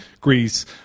Greece